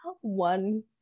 one